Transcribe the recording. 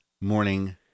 morning